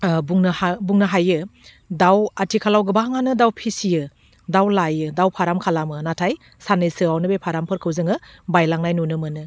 बुंनो बुंनो हायो दाउ आथिखालाव गोबाङानो दाउ फिसियो दाउ लायो दाउ फाराम खालामो नाथाय सान्नैसोआवनो बे फारामफोरखौ जोङो बायलांनाय नुनो मोनो